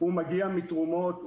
הוא מגיע מתרומות,